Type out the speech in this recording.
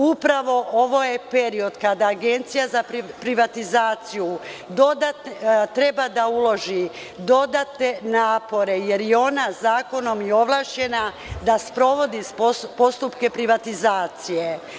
Upravo ovo je period kada Agencija za privatizaciju treba da uloži dodatne napore, jer je ona zakonom i ovlašćena da sprovodi postupke privatizacije.